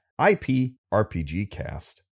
IPRPGcast